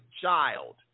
child